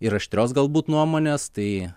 ir aštrios galbūt nuomonės tai